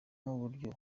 nk’uburyo